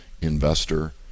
investor